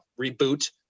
reboot